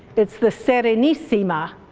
it's the serenissima.